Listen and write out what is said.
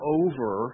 over